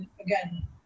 again